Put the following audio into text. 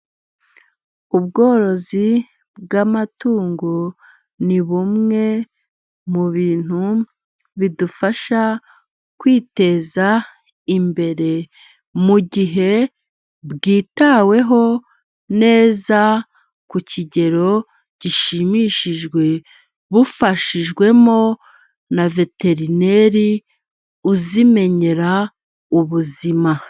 Ubworozi bw'amatungo, ni bumwe mu bintu bidufasha kwiteza imbere, mu gihe bwitaweho neza ku kigero gishimishije, bufashijwemo na veterineri uzimenyera ubuzima.